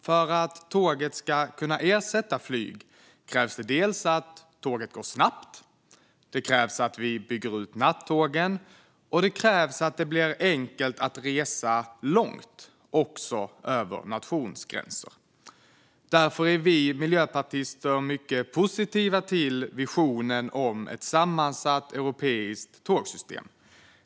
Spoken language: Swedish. För att tåget ska kunna ersätta flyg krävs dels att tåget går snabbt, dels att vi bygger ut nattågen och dels att det blir enkelt att resa långt också över nationsgränser. Därför är vi miljöpartister mycket positiva till visionen om ett sammansatt europeiskt tågsystem.